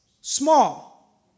small